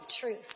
truth